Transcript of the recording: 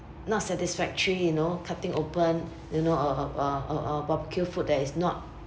not satisfactory you know cutting open you know a a a a a barbeque food that is not